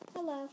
Hello